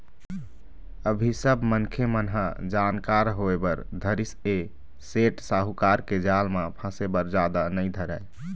अभी सब मनखे मन ह जानकार होय बर धरिस ऐ सेठ साहूकार के जाल म फसे बर जादा नइ धरय